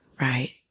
Right